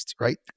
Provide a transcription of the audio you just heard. right